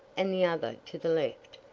and the other to the left,